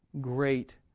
great